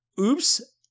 oops